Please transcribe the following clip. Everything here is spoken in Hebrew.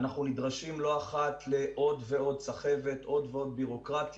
ולא אחת אנחנו נדרשים לעוד ועוד סחבת ובירוקרטיה,